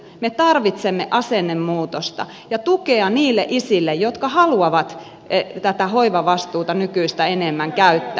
me tarvitsemme asennemuutosta ja tukea niille isille jotka haluavat tätä hoivavastuuta nykyistä enemmän käyttää